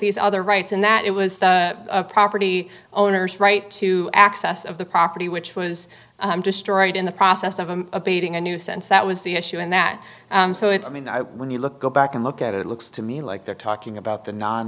these other rights and that it was the property owners right to access of the property which was destroyed in the process of a beating a new sense that was the issue in that so it's i mean when you look go back and look at it it looks to me like they're talking about the non